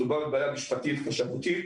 מדובר בבעיה משפטית חשיבתית